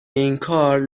اینکار